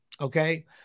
okay